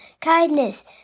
kindness